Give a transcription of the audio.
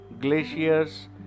glaciers